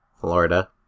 Florida